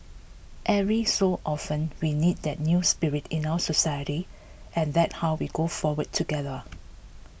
every so often we need that new spirit in our society and that how we go forward together